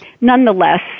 Nonetheless